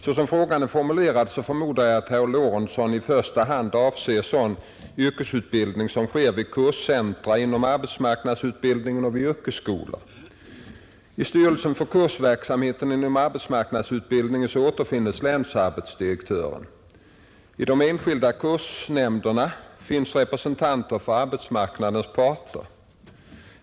Så som frågan är formulerad förmodar jag att herr Lorentzon i första hand avser sådan yrkesutbildning som sker vid kurscentra inom arbetsmarknadsutbildningen och vid yrkesskolorna. länsarbetsdirektören. I de enskilda kursnämnderna sitter representanter för arbetsmarknadens parter.